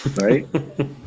right